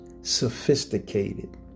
sophisticated